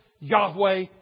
Yahweh